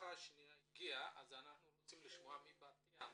המשפחה השנייה מבת ים הגיעה ואנחנו רוצים לשמוע ממנה.